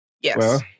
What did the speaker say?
Yes